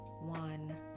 one